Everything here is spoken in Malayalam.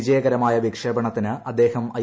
വിജയകരമായ വിക്ഷേപണത്തിന് അദ്ദേഹം ഐ